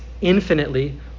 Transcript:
infinitely